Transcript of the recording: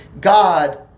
God